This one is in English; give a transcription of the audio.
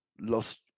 lost